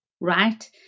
right